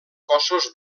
cossos